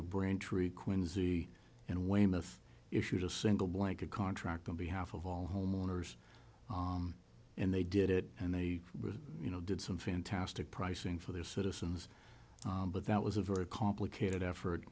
of braintree quinsey and weymouth issued a single blanket contract on behalf of all homeowners and they did it and they you know did some fantastic pricing for their citizens but that was a very complicated effort